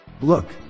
Look